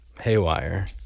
Haywire